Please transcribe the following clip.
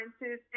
scientists